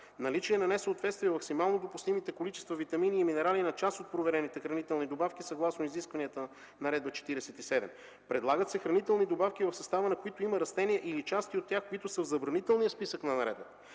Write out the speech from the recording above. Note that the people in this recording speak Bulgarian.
наличие на несъответствие в максимално допустимите количества витамини и минерали на част от проверените хранителни добавки съгласно изискванията на Наредба № 47. Предлагат се хранителни добавки, в състава на които има растения или части от тях, които са в забранителния списък на наредбата.